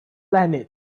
planet